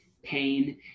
pain